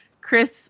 Chris